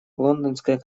лондонская